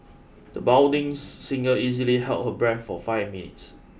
the budding singer easily held her breath for five minutes